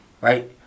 Right